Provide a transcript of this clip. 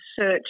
search